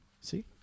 See